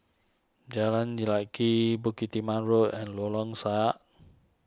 Jalan Lye Kwee Bukit Timah Road and Lorong Sarhad